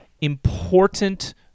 important